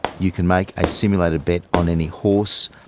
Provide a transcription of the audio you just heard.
you can make a simulated bet on any horse,